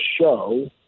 show